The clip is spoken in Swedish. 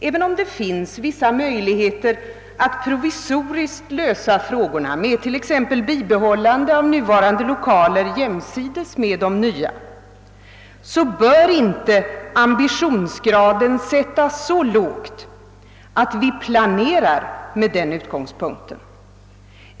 även om det finns vissa möjligheter att provisoriskt lösa frågorna med t.ex. bibehållande av nuvarande lokaler jämsides med de nya, bör ambitionsgraden inte sättas så lågt att vi planerar med den utgångspunkten.